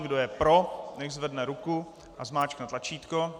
Kdo je pro, nechť zvedne ruku a zmáčkne tlačítko.